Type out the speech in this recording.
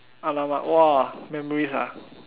!alamak! !wah! memories ah